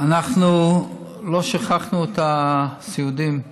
אנחנו לא שכחנו את הסיעודיים.